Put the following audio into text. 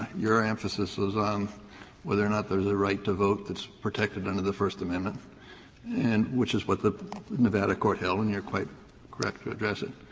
your emphasis was on whether or not there was a right to vote that's protected under the first um and and which is what the nevada court held and you're quite correct to address it.